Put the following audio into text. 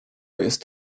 jest